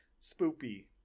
Spoopy